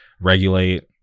Regulate